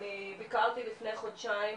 אני ביקרתי לפני חודשיים,